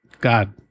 God